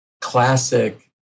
classic